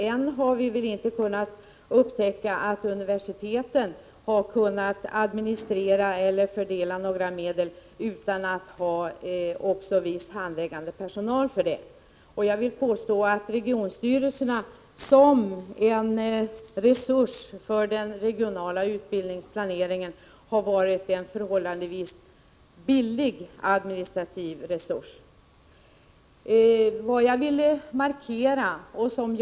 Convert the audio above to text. Än har väl inte universiteten kunnat administrera eller fördela medel utan att också ha viss handläggande personal. Jag vill påstå att regionstyrelserna har varit en förhållandevis billig administrativ resurs för den regionala utbildningsplaneringen.